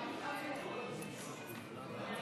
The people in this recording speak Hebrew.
נו, יש לנו בחירות על הראש, מה קורה?